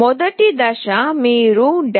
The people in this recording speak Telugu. మొదటి దశ మీరు developer